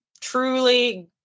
truly